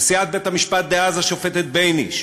נשיאת בית-המשפט דאז השופטת בייניש: